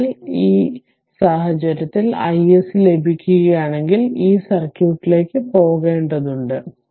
അതിനാൽ ഈ സാഹചര്യത്തിൽ iSC ലഭിക്കുകയാണെങ്കിൽ ഈ സർക്യൂട്ടിലേക്ക് പോകേണ്ടതുണ്ട്